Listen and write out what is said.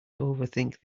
overthink